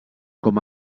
com